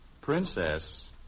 Princess